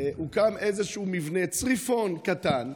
כי הוקם איזשהו מבנה, צריפון קטן,